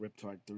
Riptide